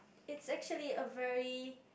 it's actually a very